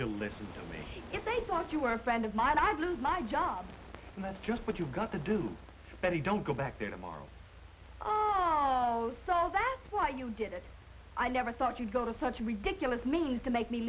to listen to me if i thought you were a friend of mine i'd lose my job and that's just what you got to do betty don't go back there tomorrow oh so that's why you did it i never thought you'd go to such a ridiculous means to make me